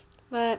but